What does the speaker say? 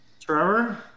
Trevor